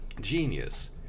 Genius